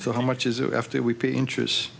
so how much is it after we pay interest